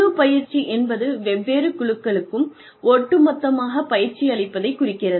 குழு பயிற்சி என்பது வெவ்வேறு குழுக்களுக்கும் ஒட்டுமொத்தமாகப் பயிற்சி அளிப்பதை குறிக்கிறது